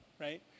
right